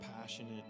passionate